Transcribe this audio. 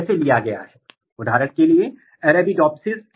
यदि आप इस उत्परिवर्ती फेनोटाइप को देखते हैं